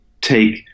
take